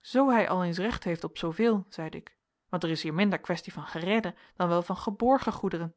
zoo hij al eens recht heeft op zooveel zeide ik want er is hier minder quaestie van geredde dan wel van geborgen goederen